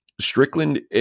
Strickland